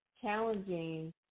challenging